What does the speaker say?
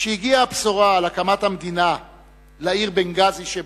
כשהגיעה הבשורה על הקמת המדינה לעיר בנגאזי שבלוב,